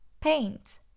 paint